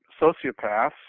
sociopaths